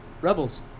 Rebels